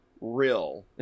real